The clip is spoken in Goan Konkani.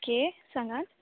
ओके सांगात